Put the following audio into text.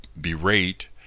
berate